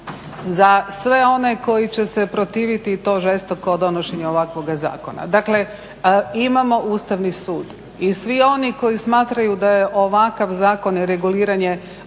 za sve one koji će se protiviti i to žestoko donošenju ovakvoga zakona. Dakle imamo Ustavni sud i svi oni koji smatraju da je ovakav zakon i reguliranje